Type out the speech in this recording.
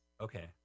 Okay